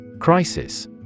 Crisis